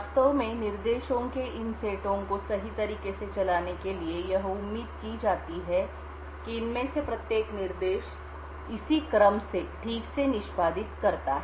वास्तव में निर्देशों के इन सेटों को सही तरीके से चलाने के लिए या यह उम्मीद की जाती है कि इनमें से प्रत्येक निर्देश इसी क्रम से ठीक से निष्पादित करता है